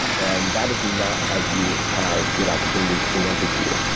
and that is not how you have good opportunities presented to you.